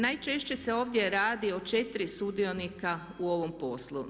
Najčešće se ovdje radi o 4 sudionika u ovom poslu.